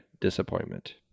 disappointment